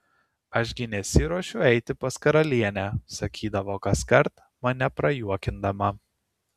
aš gi nesiruošiu eiti pas karalienę sakydavo kaskart mane prajuokindama